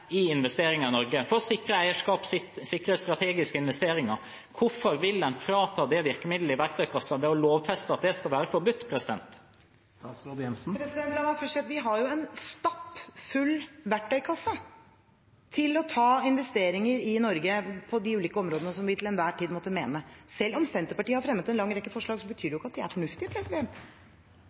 i investeringer i Norge for å sikre eierskap og strategiske investeringer. Hvorfor vil en ta det virkemidlet bort fra verktøykassa ved å lovfeste at det skal være forbudt? La meg først si at vi har en stappfull verktøykasse til å ta investeringer i Norge på de ulike områdene som vi til enhver tid måtte mene. Selv om Senterpartiet har fremmet en lang rekke forslag, betyr det ikke at de er